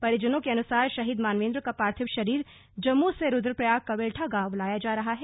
परिजनों के अनुसार शहीद मानवेंद्र का पार्थिव शरीर जम्मू से रुद्रप्रयाग कविल्ठा गांव लाया जा रहा है